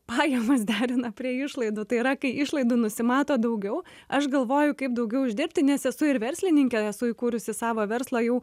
pajamas derina prie išlaidų tai yra kai išlaidų nusimato daugiau aš galvoju kaip daugiau uždirbti nes esu ir verslininkė esu įkūrusi savą verslą jau